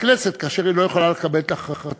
אחרת